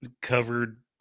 covered